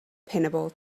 pinnable